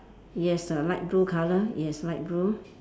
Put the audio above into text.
yes a light blue colour yes light blue